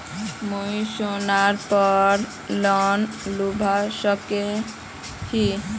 मुई सोनार पोर लोन लुबा सकोहो ही?